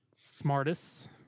Smartest